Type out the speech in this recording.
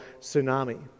tsunami